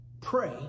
Pray